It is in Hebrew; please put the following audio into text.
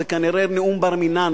זה כנראה נאום בר-מינן,